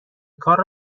کار